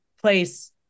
place